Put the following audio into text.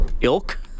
ilk